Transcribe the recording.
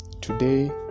today